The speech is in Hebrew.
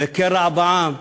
ו"קרע בעם"